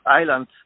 island